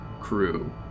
crew